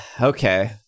Okay